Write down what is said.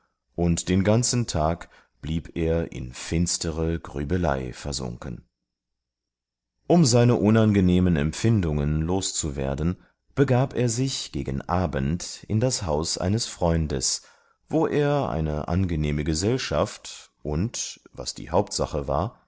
und den ganzen tag blieb er in finstere grübelei versunken um seine unangenehmen empfindungen loszuwerden begab er sich gegen abend in das haus eines freundes wo er eine angenehme gesellschaft und was die hauptsache war